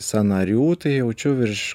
sąnarių tai jaučiu virš